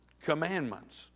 commandments